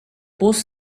post